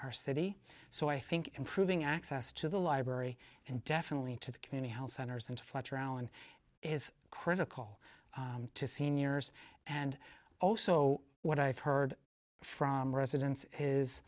our city so i think improving access to the library and definitely to the community health centers and float around is critical to seniors and also what i've heard from residents is